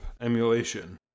emulation